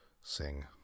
sing